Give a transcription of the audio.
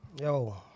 Yo